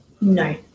No